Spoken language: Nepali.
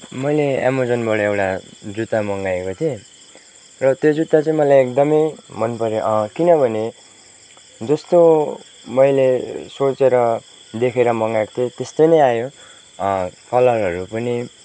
मैले एमाजोनबाट एउटा जुत्ता मँगाएको थिएँ र त्यो जुत्ता चाहिँ मलाई एकदमै मनपऱ्यो अँ किनभने जस्तो मैले सोचेर देखेर मँगाएको थिएँ त्यस्तै नै आयो कलरहरू पनि